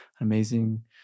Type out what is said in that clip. amazing